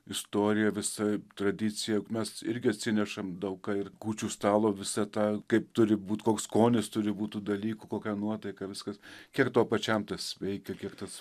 istorija visa tradicija juk mes irgi atsinešam daug ką ir kūčių stalo visą tą kaip turi būt koks skonis turi būt tų dalykų kokia nuotaika viskas kiek tau pačiam tas veikia kiek tas